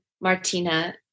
Martina